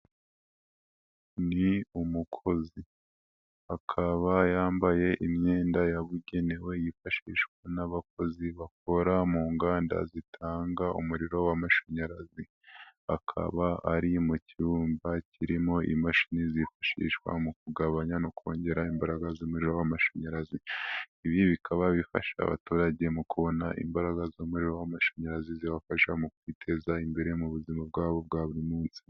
Ni umukozi. Akaba yambaye imyenda yabugenewe yifashishwa n'abakozi bakora mu nganda zitanga umuriro w'amashanyarazi. Akaba ari mu cyumba kirimo imashini zifashishwa mu kugabanya no kongera imbaraga z'umuriro w'amashanyarazi. Ibi bikaba bifasha abaturage mu kubona imbaraga zo amashanyarazi zibafasha mu kwiteza imbere mu buzima bwabo bwa buri munsi.